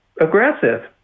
aggressive